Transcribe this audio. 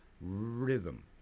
rhythm